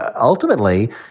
ultimately